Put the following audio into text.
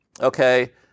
okay